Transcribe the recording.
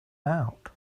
out